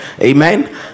Amen